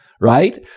Right